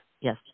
yes